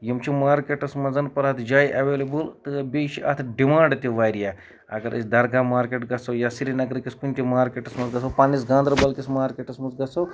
یِم چھِ مارکیٹَس منٛزن پرٮ۪تھ جایہِ ایویلیبٔل تہٕ بیٚیہِ چھِ اَتھ ڈِمانڈ تہِ واریاہ اَگر أسۍ درگاہ مارکیٹ گژھو یا سرنَگرٕ کِس کُنہِ تہِ مارکیٹَس منٛز گژھو پَنٕنِس گاندربل کِس مارکیٹس منٛز گژھو